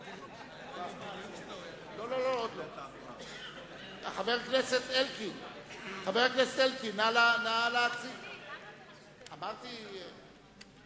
9. חבר הכנסת אלקין, נא להציג את ההצעה.